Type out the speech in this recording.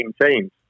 teams